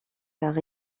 car